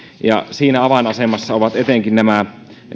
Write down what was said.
siinä avainasemassa ovat etenkin nämä